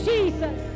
Jesus